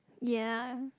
ya